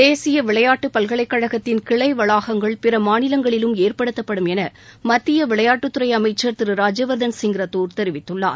தேசிய விளையாட்டுப் பல்கலைக்கழகத்தின் கிளை வளாகங்கள் பிற மாநிலங்களிலும் ஏற்படுத்தப்படும் என மத்திய விளையாட்டுத்துறை அமைச்ச் திரு ராஜ்யவர்தன் சிங் ரத்தோர் தெரிவித்துள்ளார்